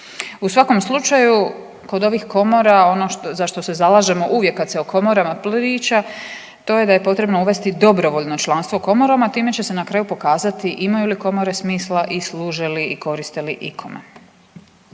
U svakom slučaju kod ovih komora ono za što se zalažemo uvijek kada se o komorama priča to je da je potrebno uvesti dobrovoljno članstvo u komorama time će se na kraju pokazati imaju li komore smisla i služe li ili koriste li ikome?